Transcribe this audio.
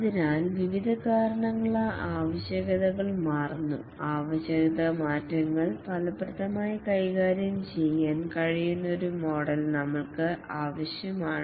അതിനാൽ വിവിധ കാരണങ്ങളാൽ ആവശ്യകതകൾ മാറുന്നു ആവശ്യകത മാറ്റങ്ങൾ ഫലപ്രദമായി കൈകാര്യം ചെയ്യാൻ കഴിയുന്ന ഒരു മോഡൽ നമ്മൾക്ക് ആവശ്യമാണ്